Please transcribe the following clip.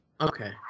okay